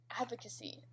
advocacy